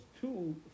two